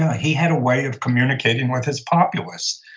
he had a way of communicating with his populace,